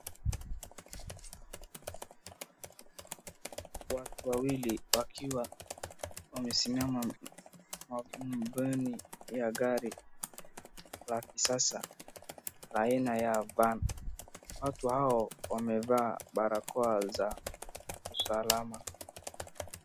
Watu wawili wakiwa wamesimama mbele ya nyumba ya gari la kisasa la aina ya van . Watu hao wamevaa barakoa za usalama.